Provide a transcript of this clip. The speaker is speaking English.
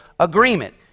agreement